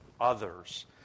others